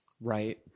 right